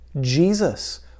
Jesus